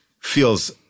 feels